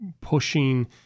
pushing